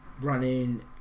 running